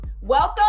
welcome